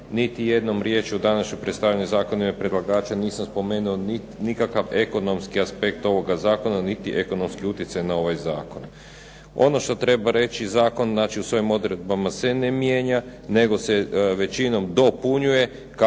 niti jednom riječju u današnjem predstavljanju zakona i predlagača nisam spomenuo nikakav ekonomski aspekt ovoga zakona niti ekonomski utjecaj na ovaj zakon. Ono što treba reći zakon znači u svojim odredbama se ne mijenja nego se većinom dopunjuje